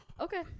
Okay